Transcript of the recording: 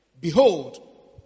Behold